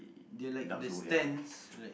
they like the stands like